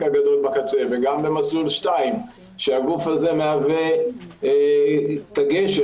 הגדול בקצה וגם במסלול שני שהגוף הזה מהווה את הגשר,